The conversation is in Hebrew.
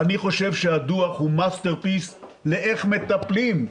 אני חושב שהדוח הוא מסטר-פיס לאיך מטפלים,